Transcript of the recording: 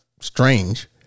strange